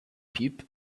peep